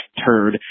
turd